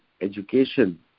education